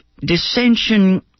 dissension